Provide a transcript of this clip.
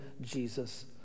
Jesus